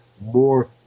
more